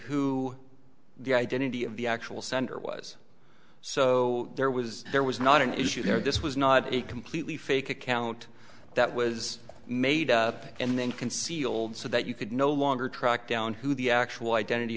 who the identity of the actual sender was so there was there was not an issue there this was not a completely fake account that was made up and then concealed so that you could no longer track down who the actual identity